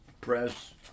Press